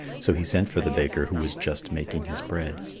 so he sent for the baker, who was just making his bread.